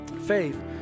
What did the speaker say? Faith